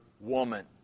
woman